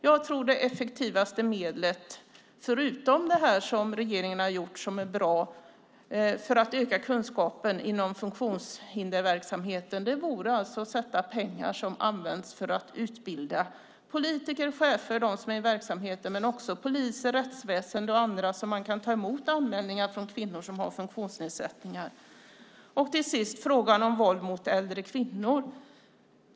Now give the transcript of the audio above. Jag tror att det effektivaste medlet, förutom det som regeringen har gjort och som är bra för att öka kunskapen inom funktionshinderverksamheten, vore att avsätta pengar som används för att utbilda politiker, chefer och dem som är i verksamheten. Men det handlar också om poliser, rättsväsen och andra så att de kan ta emot anmälningar från kvinnor som har funktionsnedsättningar. Till sist handlar det om frågan om våld mot äldre kvinnor.